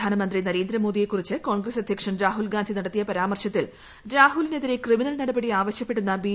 പ്രധാനമന്ത്രി നരേന്ദ്രമോദ്ടിയെ ക്ടുറിച്ച് കോൺഗ്രസ് അധ്യക്ഷൻ ന് രാഹുൽഗാന്ധി നടത്തിയ് പ്പർാമർശത്തിൽ രാഹുലിനെതിരെ ക്രിമിനൽ നടപടി ആവശ്യപ്പെടുന്ന ബി